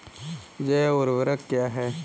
जैव ऊर्वक क्या है?